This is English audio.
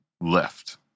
left